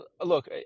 look